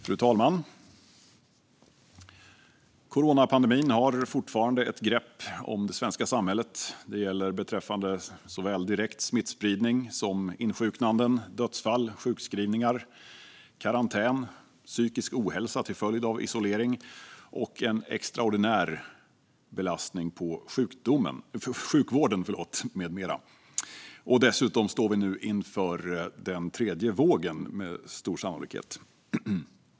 Fru talman! Coronapandemin har fortfarande ett grepp om det svenska samhället. Det gäller såväl direkt smittspridning som antalet insjuknade, dödsfall, sjukskrivningar, karantän, psykisk ohälsa till följd av isolering och en extraordinär belastning på sjukvården med mera. Dessutom står vi med stor sannolikhet inför tredje vågen.